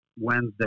Wednesday